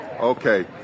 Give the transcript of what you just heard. Okay